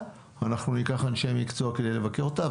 ואנחנו ניקח אנשי מקצוע כדי לבקר אותה.